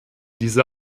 dieser